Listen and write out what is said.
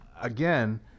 again